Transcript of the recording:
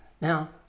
Now